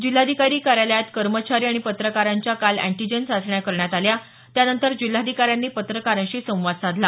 जिल्हाधिकारी कार्यालयातील कर्मचारी आणि पत्रकारांच्याही काल अँटीजन चाचण्या करण्यात आल्या त्यानंतर जिल्हाधिकाऱ्यांनी पत्रकारांशी संवाद साधला